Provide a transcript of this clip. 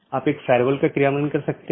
इसलिए पथ को परिभाषित करना होगा